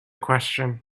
question